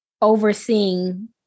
overseeing